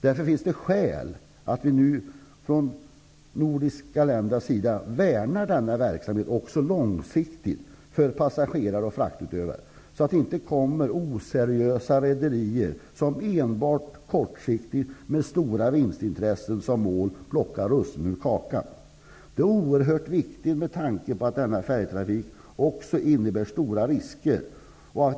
Det finns därför skäl att vi från de nordiska länderna även långsiktigt värnar denna verksamhet för passagerare och fraktutövare så att inte oseriösa rederier kortsiktigt, med stora vinstintressen som mål, plockar russinen ur kakan. Detta är oerhört viktigt med tanke på att denna färjetrafik också innebär stora risker.